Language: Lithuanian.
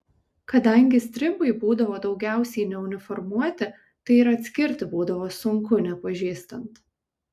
kadangi stribai būdavo daugiausiai neuniformuoti tai ir atskirti būdavo sunku nepažįstant